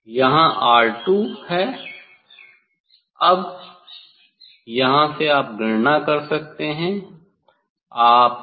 यह 'R2' है अब यहाँ से आप गणना कर सकते हैं